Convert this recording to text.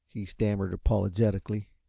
he stammered, apologetically.